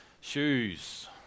shoes